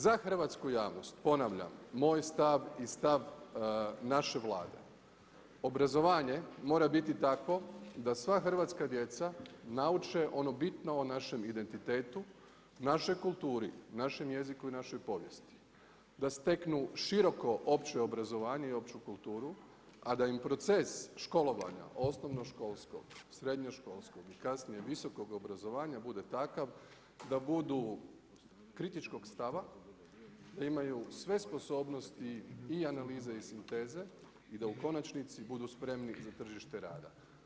Za hrvatsku javnost ponavljam, moj stav i stav naše Vlade, obrazovanje mora biti takvo da sva hrvatska djeca nauče ono bitno o našem identitetu, našoj kulturi, našem jeziku i našoj povijesti, da steknu široko opće obrazovanje i opću kulturu, a da im proces školovanja osnovnoškolskog, srednjoškolskog i kasnije visokog obrazovanja bude takav da budu kritičkog stava, da imaju sve sposobnosti i analize i sinteze i da u konačnici budu spremni za tržište rada.